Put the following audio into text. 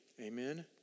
Amen